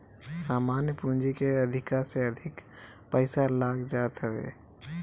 सामान्य पूंजी के अधिका से अधिक पईसा लाग जात हवे